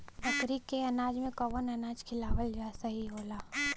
बकरी के अनाज में कवन अनाज खियावल सही होला?